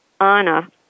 Anna